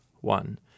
one